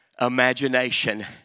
imagination